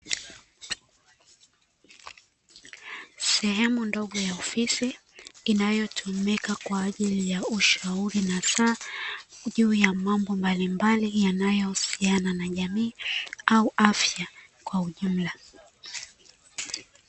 Sehemu ndogo ya ofisi inayotumika kwaajili ya ushauri nasaha juu ya mambo mbalimbali yanayohusiana na jamii au afya kwa ujumla.